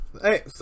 Hey